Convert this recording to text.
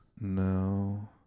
No